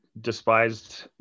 despised